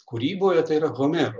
kūryboje tai yra homero